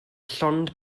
llond